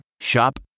Shop